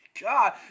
God